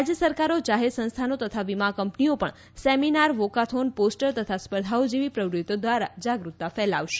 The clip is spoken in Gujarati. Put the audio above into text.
રાજ્ય સરકારો જાહેર સંસ્થાનો તથા વીમા કંપનીઓ પણ સેમિનાર વોકાથોન પોસ્ટર તથા સ્પર્ધાઓ જેવી પ્રવૃત્તિઓ દ્વારા જાગૃતતા ફેલાવશે